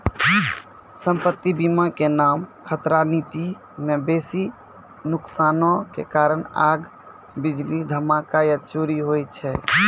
सम्पति बीमा के नाम खतरा नीति मे बेसी नुकसानो के कारण आग, बिजली, धमाका या चोरी होय छै